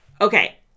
Okay